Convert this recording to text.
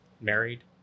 married